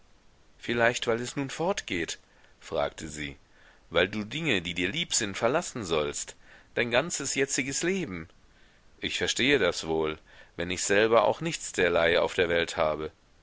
vielleicht weil es nun fortgeht fragte sie weil du dinge die dir lieb sind verlassen sollst dein ganzes jetziges leben ich verstehe das wohl wenn ich selber auch nichts derlei auf der welt habe